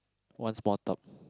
one small tub